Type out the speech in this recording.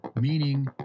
meaning